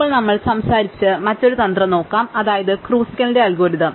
ഇപ്പോൾ നമ്മൾ സംസാരിച്ച മറ്റൊരു തന്ത്രം നോക്കാം അതായത് ക്രുസ്കലിന്റെ അൽഗോരിതം